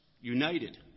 united